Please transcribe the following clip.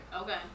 Okay